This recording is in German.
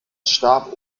starb